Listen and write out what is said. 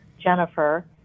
Jennifer